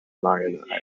mariana